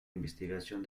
investigación